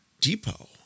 Depot